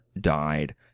died